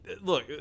look